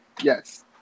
Yes